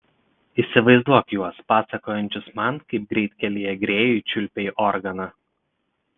įsivaizduok juos pasakojančius man kaip greitkelyje grėjui čiulpei organą